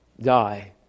die